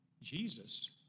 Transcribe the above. Jesus